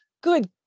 Good